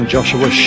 Joshua